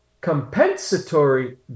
Compensatory